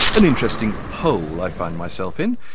an interesting hole i find myself in,